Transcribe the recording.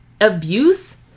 abuse